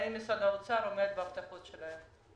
האם משרד האוצר עומד בהבטחות שלו?